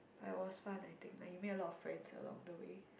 but it was fun I think like you make a lot of friends along the way